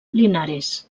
linares